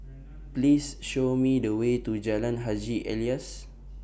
Please Show Me The Way to Jalan Haji Alias